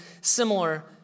similar